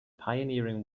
pioneering